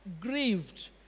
grieved